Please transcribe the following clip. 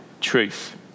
truth